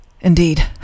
indeed